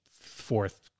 fourth